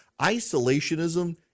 Isolationism